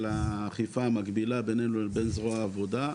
האכיפה המקבילה בינינו לבין זרוע העבודה,